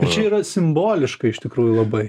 ir čia yra simboliška iš tikrųjų labai